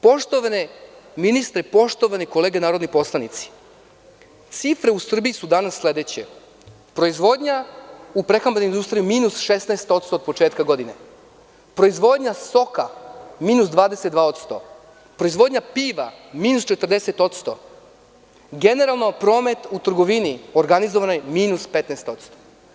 Poštovani ministre, poštovane kolege narodni poslanici, cifre u Srbiji su danas sledeće: proizvodnja u prehrambenoj industriji - minus 16% od početka godine; proizvodnja soka – minus 22%; proizvodnja piva – minus 40%; generalno promet u trgovini – minus 15%